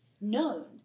known